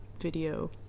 video